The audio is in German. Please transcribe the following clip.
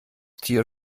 tier